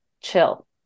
chill